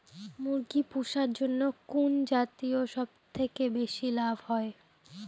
মুরগি পুষার জন্য কুন জাতীয় সবথেকে বেশি লাভ হয়?